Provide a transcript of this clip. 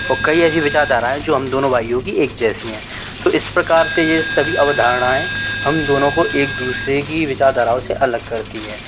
और कई ऐसी विचारधाराएं जो हम दोनों भाइयों की एक जैसी हैं तो इस प्रकार से ये सभी अवधारनाएं हम दोनों को एक दूसरे की विचारधाराओ से अलग करती हैं